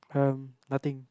um nothing